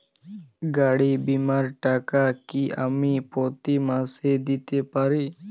গাড়ী বীমার টাকা কি আমি প্রতি মাসে দিতে পারি?